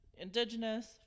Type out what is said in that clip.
Indigenous